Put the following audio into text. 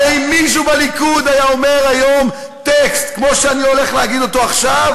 הרי אם מישהו בליכוד היה אומר היום טקסט כמו זה שאני הולך להגיד עכשיו,